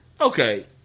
okay